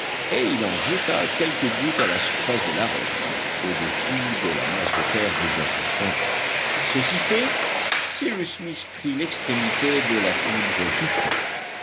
et il en jeta quelques gouttes à la surface de la roche au-dessous de la masse de fer déjà suspendue ceci fait cyrus smith prit l'extrémité de la fibre